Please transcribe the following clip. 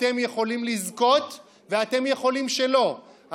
אתם יכולים לזכות ואתם יכולים שלא,